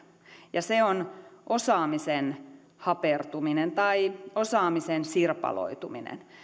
ja se on osaamisen hapertuminen tai osaamisen sirpaloituminen